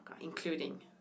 including